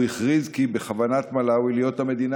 והוא הכריז כי בכוונת מלאווי להיות המדינה